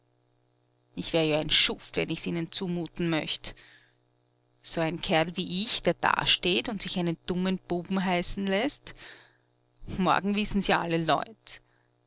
ich wär ja ein schuft wenn ich's ihnen zumuten möcht so ein kerl wie ich der dasteht und sich einen dummen buben heißen läßt morgen wissen's ja alle leut